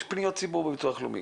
יש פניות ציבור לביטוח לאומי.